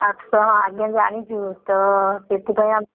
ଆଠଶହ ଆଜ୍ଞା ଜାଣିଛୁ ତ ସେଥିପାଇଁ ଆମ